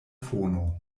fono